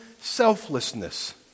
selflessness